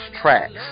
tracks